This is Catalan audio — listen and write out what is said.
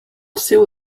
seu